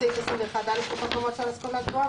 סעיף 21א לחוק המועצה להשכלה גבוהה,